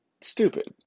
stupid